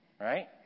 right